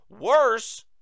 Worse